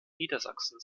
niedersachsen